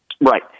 Right